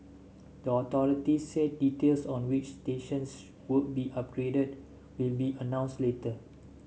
the authority said details on which stations would be upgraded will be announced later